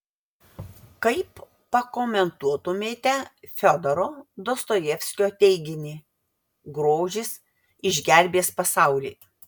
kaip pakomentuotumėte fiodoro dostojevskio teiginį grožis išgelbės pasaulį